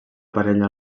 parella